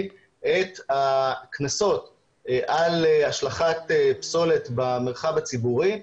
את הקנסות על השלכת פסולת במרחב הציבורי.